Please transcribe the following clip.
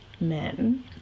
men